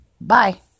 Bye